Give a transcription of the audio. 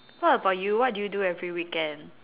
what about you what do you do every weekend